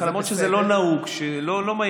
למרות שזה לא נהוג,